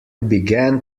began